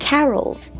Carols